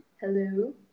Hello